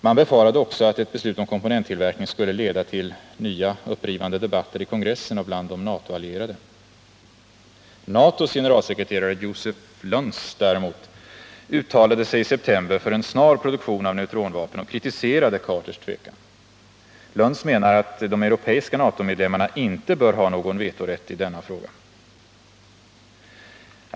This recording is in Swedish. Man befarade också att ett beslut om komponenttillverkning skulle leda till nya upprivande debatter i kongressen och bland de NATO-allierade. NATO:s generalsekreterare Joseph Luns däremot uttalade sig i september för en snar produktion av neutronvapnet och kritiserade Carters tvekan. Luns menar att de europeiska NATO medlemmarna inte bör ha någon vetorätt i denna fråga.